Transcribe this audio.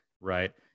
right